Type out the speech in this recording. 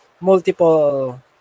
multiple